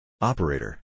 Operator